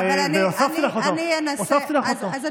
אבל לי היה חשוב לומר לכל חברי הקואליציה,